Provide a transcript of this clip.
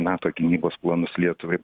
nato gynybos planus lietuvai